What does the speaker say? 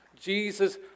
Jesus